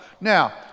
Now